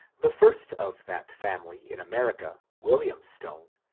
the first of that family in america, william stone,